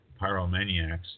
pyromaniacs